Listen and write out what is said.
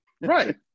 Right